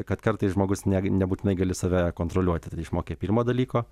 kad kartais žmogus ne nebūtinai gali save kontroliuoti išmokė pirmo dalyko